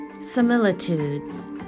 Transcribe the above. similitudes